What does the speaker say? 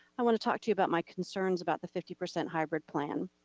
i wanna talk to you about my concerns about the fifty percent hybrid plan.